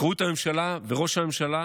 אחריות הממשלה וראש הממשלה